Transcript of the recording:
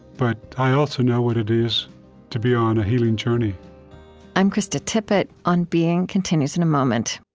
but i also know what it is to be on healing journey i'm krista tippett. on being continues in a moment